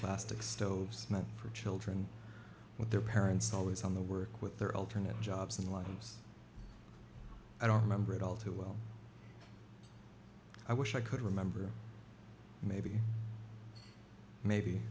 plastic stove smell for children with their parents always on the work with their alternate jobs and lives i don't remember it all too well i wish i could remember maybe maybe